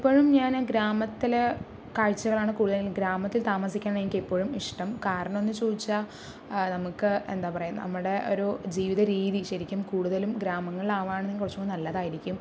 ഇപ്പൊഴും ഞാൻ ഗ്രാമത്തിലെ കാഴ്ചകളാണ് കൂടുതലും ഗ്രാമത്തിൽ താമസിക്കുന്നതാണ് എനിക്കിപ്പോഴും ഇഷ്ടം കാരണം എന്നു ചോദിച്ചാൽ നമുക്ക് എന്താ പറയാ നമ്മുടെ ഒരു ജീവിത രീതി ശരിക്കും കൂടുതലും ഗ്രാമങ്ങളിൽ ആവുകയാണെങ്കിൽ കുറച്ചും കൂടി നല്ലതായിരിക്കും